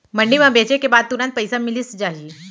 मंडी म बेचे के बाद तुरंत पइसा मिलिस जाही?